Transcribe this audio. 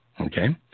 Okay